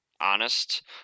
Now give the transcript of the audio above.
honest